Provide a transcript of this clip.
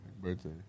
birthday